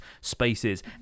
spaces